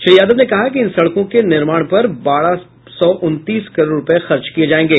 श्री यादव ने कहा कि इन सड़कों के निर्माण पर बारह सौ उनतीस करोड़ रुपए खर्च किये जायेंगे